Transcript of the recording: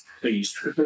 Please